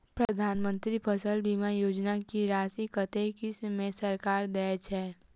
प्रधानमंत्री फसल बीमा योजना की राशि कत्ते किस्त मे सरकार देय छै?